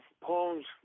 poems